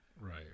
Right